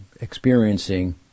experiencing